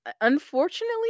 unfortunately